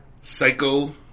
Psycho